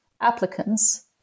applicants